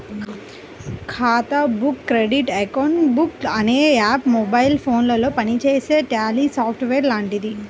ఖాతా book credit account book అనే app mobile ఫోనులో పనిచేసే ట్యాలీ సాఫ్ట్ వేర్ లాంటిది